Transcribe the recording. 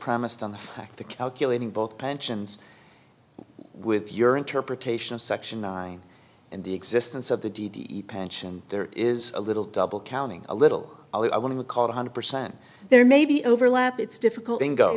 premised on the fact that calculating both pensions with your interpretation of section nine and the existence of the d d e pension there is a little double counting a little ali i want to call one hundred percent there may be overlap it's difficult in go